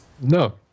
No